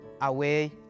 away